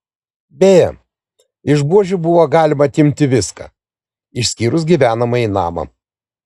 beje iš buožių buvo galima atimti viską išskyrus gyvenamąjį namą